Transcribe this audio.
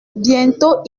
bientôt